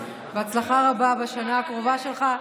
בהצלחה רבה בשנה הקרובה שלך.